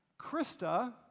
Krista